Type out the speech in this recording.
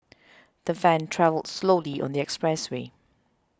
the van travelled slowly on the expressway